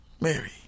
Mary